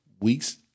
week's